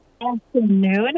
Afternoon